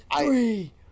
three